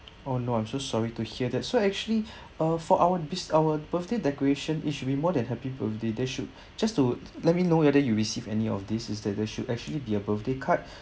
oh no I'm so sorry to hear that so actually uh for our our birthday decoration it should be more than happy birthday they should just to let me know whether you receive any of this is that they should actually be a birthday card